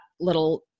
little